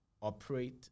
operate